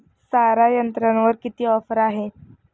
सारा यंत्रावर किती ऑफर आहे?